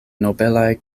nobelaj